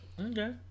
Okay